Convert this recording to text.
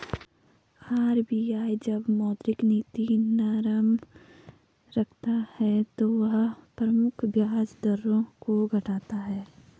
RBI जब मौद्रिक नीति नरम रखता है तो वह प्रमुख ब्याज दरों को घटाता है